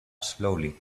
slowly